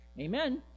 Amen